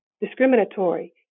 discriminatory